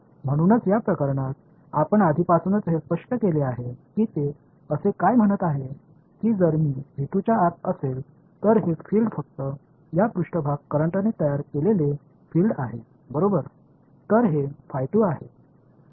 म्हणूनच या प्रकरणात आपण आधीपासूनच हे स्पष्ट केले आहे की ते असे काय म्हणत आहे की जर मी च्या आत असेल तर हे फील्ड फक्त या पृष्ठभाग करंटने तयार केलेले फील्ड आहे बरोबर तर हे आहे